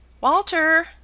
walter